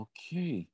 Okay